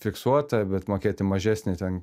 fiksuotą bet mokėti mažesnį ten